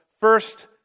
first